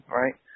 right